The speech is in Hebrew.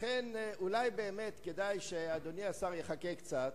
לכן אולי באמת כדאי שאדוני השר יחכה קצת,